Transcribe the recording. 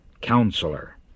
Counselor